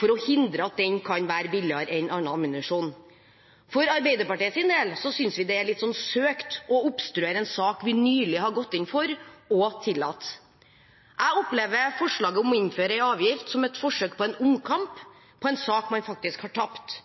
for å hindre at den kan være billigere enn annen ammunisjon. For Arbeiderpartiets del synes vi det er litt søkt å obstruere en sak vi nylig har gått inn for å tillate. Jeg opplever forslaget om å innføre en avgift som et forsøk på en omkamp på en sak man faktisk har tapt.